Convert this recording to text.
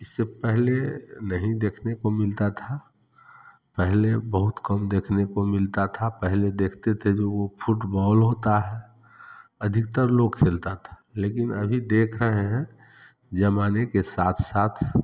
इससे पहले नहीं देखने को मिलता था पहले बहुत कम देखने को मिलता था पहले देखे थे जो वह फुटबॉल होता है अधिकतर लोग खेलता था लेकिन अभी देख रहे हैं ज़माने के साथ साथ